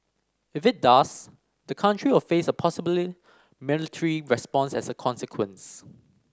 if it does the country will face a possibly military response as a consequence